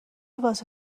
واسه